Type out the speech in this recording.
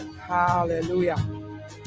Hallelujah